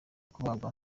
kubagwa